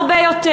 הרבה יותר.